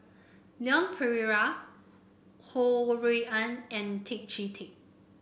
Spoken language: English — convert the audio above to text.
Leon Perera Ho Rui An and Tan Chee Teck